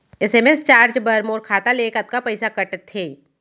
SMS charge बर मोर खाता ले कतका पइसा कटथे?